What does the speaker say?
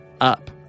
up